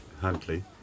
Huntley